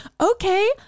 okay